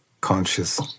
conscious